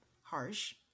harsh